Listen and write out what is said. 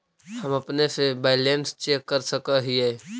हम अपने से बैलेंस चेक कर सक हिए?